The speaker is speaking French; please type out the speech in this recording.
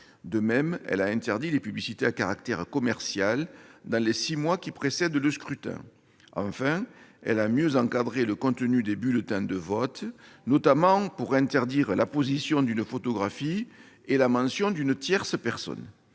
De même, elle a interdit les publicités à caractère commercial dans les six mois qui précèdent le scrutin. Elle a mieux encadré le contenu des bulletins de vote, notamment pour interdire l'apposition d'une photographie et la mention d'une tierce personne.